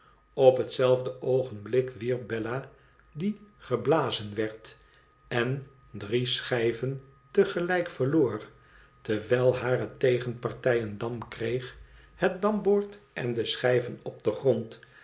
op hetzelfde oogenblik wierp bella die geblazen werd en drie schijven te gelijk verloor terwijl hare tegenpartij een dam kreeg het dambord en de schijven op den grond